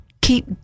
keep